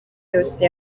yose